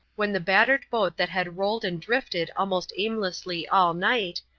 when the battered boat that had rolled and drifted almost aimlessly all night,